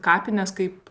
kapinės kaip